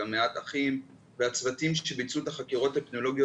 גם מעט אחים והצוותים שביצעו את החקירות האפידמיולוגים